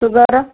sugar